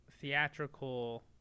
theatrical